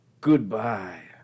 goodbye